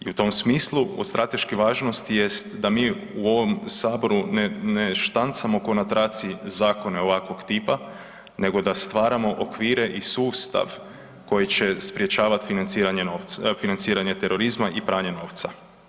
I u tom smislu, od strateške važnosti jest da mi u ovom Saboru ne štancamo ko na traci zakone ovakvog tipa, nego da stvaramo okvire i sustav koji će sprječavati financiranje terorizma i pranje novca.